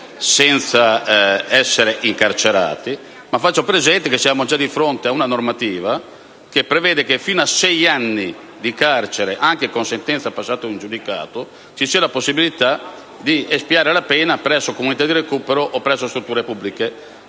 SERT, senza essere incarcerati. Ma faccio presente che già esiste una normativa che prevede, per le condanne fino a sei anni di carcere (anche con sentenza passata in giudicato), la possibilità di espiare la pena presso comunità di recupero o presso strutture pubbliche.